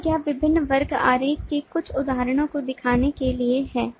तो यह विभिन्न वर्ग आरेख के कुछ उदाहरणों को दिखाने के लिए है